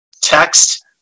text